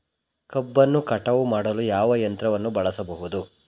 ಕಬ್ಬನ್ನು ಕಟಾವು ಮಾಡಲು ಯಾವ ಯಂತ್ರವನ್ನು ಬಳಸಬಹುದು?